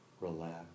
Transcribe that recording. relax